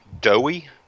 doughy